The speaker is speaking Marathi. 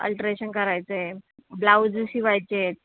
अल्ट्रेशन करायचं आहे ब्लाउज शिवायचे आहेत